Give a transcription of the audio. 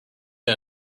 his